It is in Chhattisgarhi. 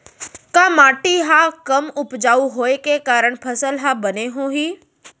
का माटी हा कम उपजाऊ होये के कारण फसल हा बने होही?